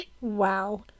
wow